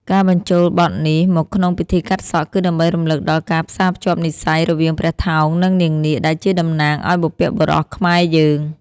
ការបញ្ចូលបទនេះមកក្នុងពិធីកាត់សក់ គឺដើម្បីរំលឹកដល់ការផ្សារភ្ជាប់និស្ស័យរវាងព្រះថោង និងនាងនាគ ដែលជាតំណាងឱ្យបុព្វបុរសខ្មែរយើង។